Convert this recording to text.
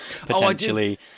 potentially